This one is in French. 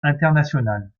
internationales